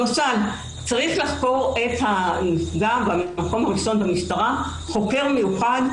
למשל צריך לחקור את הנפגע חוקר מיוחד במשטרה,